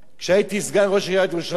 כשהייתי סגן ראש עיריית ירושלים,